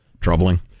troubling